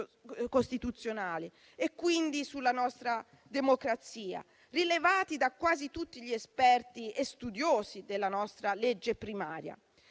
costituzionali e quindi sulla nostra democrazia, rilevati da quasi tutti gli esperti e studiosi della nostra legge primaria.